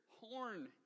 horn